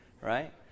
Right